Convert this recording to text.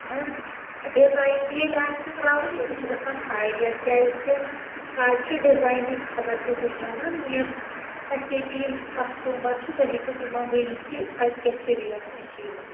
نہٕ حظ ڈِزاین ییٚلہِ آسہِ ترٛاوُن تیٚلہِ چھ گژھان ہاے ریٹ کیٛازِ کہ اَز چھُ ڈِزانےٕ خبر کۭتِس بنان یِم اَسہِ ییٚتہِ یِم کسٹمر چھ تُہۍ ہیٚکِو تِمن ؤنِتھ کہِ اَتہِ کیٛاہ چھ ریٹ کیٛاہ چھ یِمن